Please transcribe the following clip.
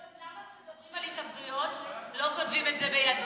למה כשמדברים על התאבדויות לא כותבים את זה ביתד,